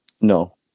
No